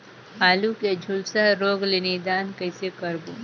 आलू के झुलसा रोग ले निदान कइसे करबो?